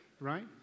right